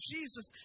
Jesus